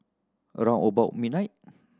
a round about midnight